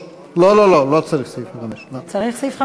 לא, לא, לא צריך סעיף 5. צריך סעיף 5?